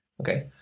Okay